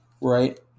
Right